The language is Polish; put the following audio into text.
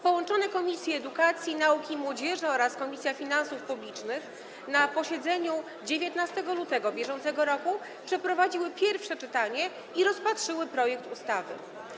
Połączone komisje: Komisja Edukacji, Nauki i Młodzieży oraz Komisja Finansów Publicznych na posiedzeniu w dniu 19 lutego br. przeprowadziły pierwsze czytanie i rozpatrzyły projekt ustawy.